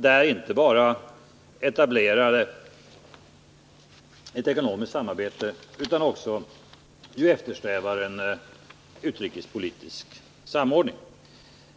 Därför att man där också eftersträvar en utrikespolitisk samordning.